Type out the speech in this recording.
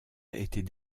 était